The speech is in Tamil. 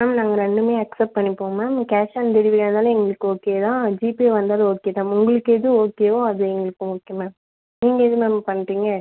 மேம் நாங்கள் ரெண்டுமே அக்ஸப்ட் பண்ணிப்போம் மேம் கேஷ் ஆன் டெலிவரியாக இருந்தாலும் எங்களுக்கு ஓகே தான் ஜிபேவா இருந்தாலும் ஓகே தான் மேம் உங்களுக்கு எது ஓகேவோ அது எங்களுக்கு ஓகே மேம் நீங்கள் எது மேம் பண்ணுறீங்க